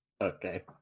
Okay